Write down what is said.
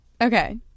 Okay